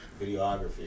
videography